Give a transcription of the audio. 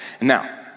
Now